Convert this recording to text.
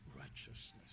righteousness